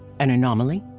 an anomaly?